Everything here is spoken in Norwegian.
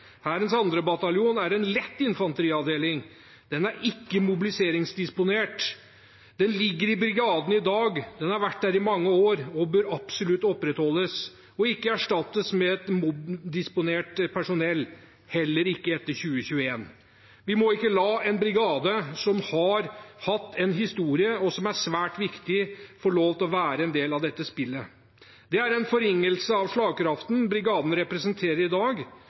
Hærens 2. bataljon er en lett infanteriavdeling. Den er ikke mobiliseringsdisponert. Den ligger i brigaden i dag, den har vært der i mange år og bør absolutt opprettholdes og ikke erstattes med et mobdisponert personell, heller ikke etter 2021. Vi må ikke la en brigade som har hatt en historie, og som er svært viktig, få lov til å være en del av dette spillet. Det er en forringelse av slagkraften brigaden representerer i dag.